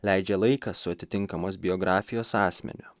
leidžia laiką su atitinkamos biografijos asmeniu